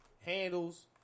handles